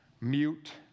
mute